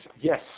yes